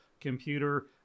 computer